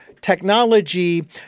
technology